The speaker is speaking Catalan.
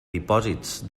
dipòsits